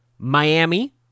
Miami